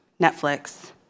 Netflix